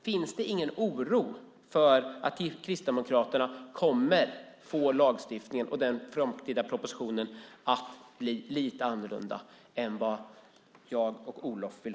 Finns det ingen oro för att Kristdemokraterna kommer att få propositionen och den framtida lagstiftningen att bli lite annorlunda än vad jag och Olof vill?